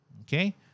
Okay